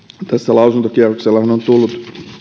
lausuntokierroksellahan on tullut